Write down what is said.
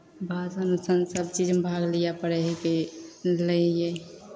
भाषण उसन सभ चीजमे भाग लिअ पड़ै हिकै लै हियै